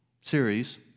series